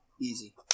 Easy